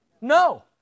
No